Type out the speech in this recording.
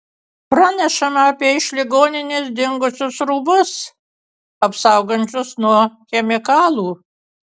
pranešama apie iš ligoninės dingusius rūbus apsaugančius nuo chemikalų